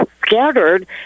scattered